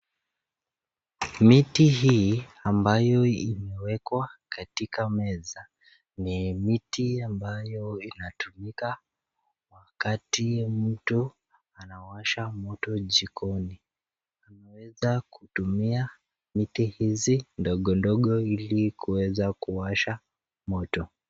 Miti hii, ambayo imewekwa katika meza, ni miti ambayo inatumika wakati mtu anawasha moto jikoni. Unaweza kutumia miti hizi ndogo ndogo ili kuweza kuwasha moto.